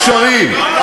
גשרים,